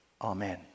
Amen